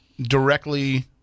directly